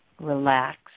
Relax